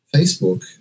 Facebook